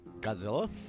Godzilla